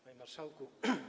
Panie Marszałku!